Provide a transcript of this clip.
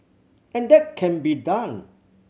and that can be done